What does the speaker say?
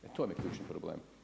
I to vam je ključni problem.